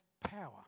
power